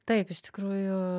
taip iš tikrųjų